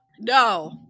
No